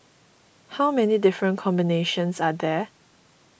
how many different combinations are there